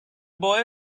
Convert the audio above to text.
boy